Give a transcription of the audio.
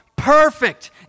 Perfect